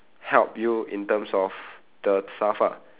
help you in terms of the stuff ah